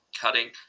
cutting